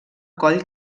coll